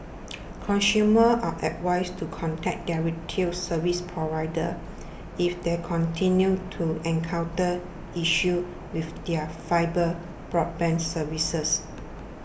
consumers are advised to contact their retail service providers if they continue to encounter issues with their fibre broadband services